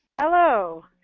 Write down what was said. Hello